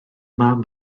mam